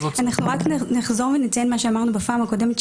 אנחנו רק נחזור ונציין את מה שאמרנו בפעם הקודמת,